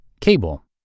cable